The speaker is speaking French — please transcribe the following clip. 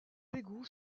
égouts